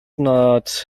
not